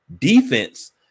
defense